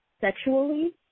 sexually